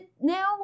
now